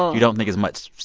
you don't think as much,